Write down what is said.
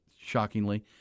shockingly